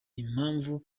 impamvu